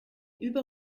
über